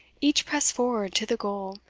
each pressed forward to the goal,